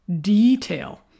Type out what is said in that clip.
detail